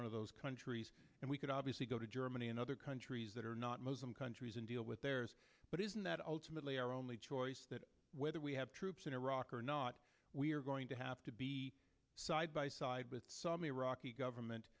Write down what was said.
one of those countries and we could obviously go to germany and other countries that are not muslim countries and deal with theirs but isn't that ultimately our only choice that whether we have troops in iraq or not we're going to have to be side by side with some iraqi government